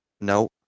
No